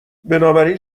بنابراین